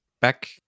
back